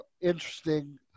interesting